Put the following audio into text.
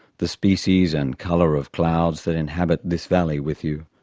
the species and colour of clouds that inhabit this valley with you.